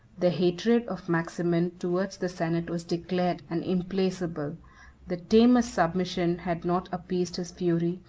the hatred of maximin towards the senate was declared and implacable the tamest submission had not appeased his fury,